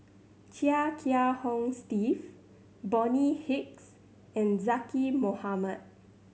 Chia Kiah Hong Steve Bonny Hicks and Zaqy Mohamad